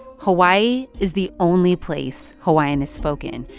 hawaii is the only place hawaiian is spoken.